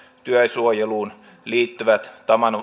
työsuojeluun liittyvät